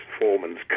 foreman's